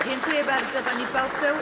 Dziękuję bardzo, pani poseł.